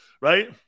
Right